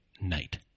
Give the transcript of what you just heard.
night